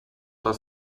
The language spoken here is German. das